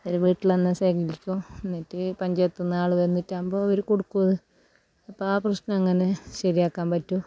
അവർ വീട്ടിൽ തന്നെ ശേഖരിക്കും എന്നിട്ട് പഞ്ചായത്ത് നിന്ന് ആൾ വന്നിട്ടാകുമ്പം അവർ കൊടുക്കും അത് അപ്പം ആ പ്രശ്നം അങ്ങനെ ശരിയാക്കാൻ പറ്റും